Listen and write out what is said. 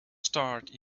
start